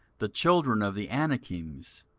the children of the anakims,